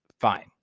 Fine